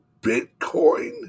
Bitcoin